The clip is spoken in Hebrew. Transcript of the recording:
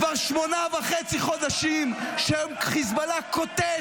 כבר שמונה וחצי חודשים שחיזבאללה כותש